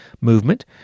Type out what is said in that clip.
movement